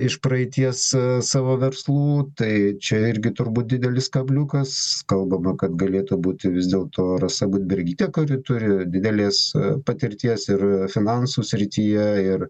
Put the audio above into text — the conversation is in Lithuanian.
iš praeities savo verslų tai čia irgi turbūt didelis kabliukas kalbama kad galėtų būti vis dėl to rasa budbergytė kuri turi didelės patirties ir finansų srityje ir